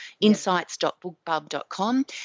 insights.bookbub.com